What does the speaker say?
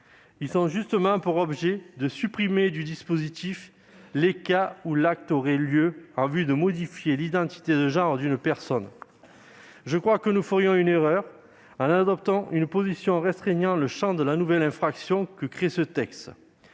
visant à supprimer du champ du dispositif les cas où l'acte aurait lieu en vue de modifier l'identité de genre d'une personne. Je crois que nous ferions une erreur en adoptant une position restreignant le champ de la nouvelle infraction que crée ce texte.